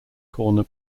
corner